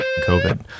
COVID